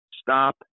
stop